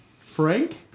frank